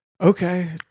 okay